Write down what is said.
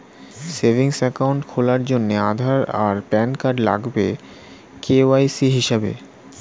savings account খোলার জন্যে আধার আর প্যান কার্ড লাগবে কে.ওয়াই.সি হিসেবে